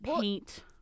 paint